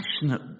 passionate